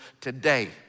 today